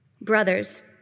Brothers